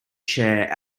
chair